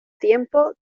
tiempo